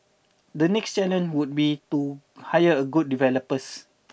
the next challenge would be to hire a good developers